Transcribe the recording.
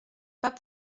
pas